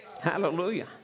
Hallelujah